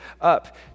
up